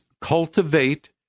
Cultivate